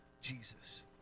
Jesus